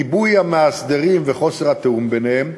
ריבוי המאסדרים וחוסר התיאום ביניהם,